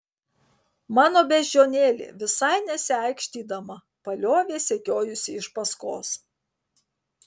mano beždžionėlė visai nesiaikštydama paliovė sekiojusi iš paskos